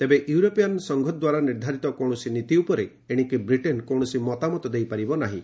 ତେବେ ୟୁରୋପିଆନ୍ ସଂଘ ଦ୍ୱାରା ନିର୍ଦ୍ଧାରିତ କୌଣସି ନୀତି ଉପରେ ଏଶିକି ବ୍ରିଟେନ୍ କୌଣସି ମତାମତ ଦେଇପାରିବ ନାହିଁ